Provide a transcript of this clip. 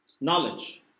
knowledge